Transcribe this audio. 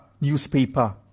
newspaper